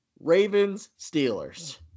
Ravens-Steelers